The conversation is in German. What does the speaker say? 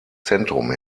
zentrum